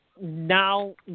Now